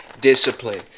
discipline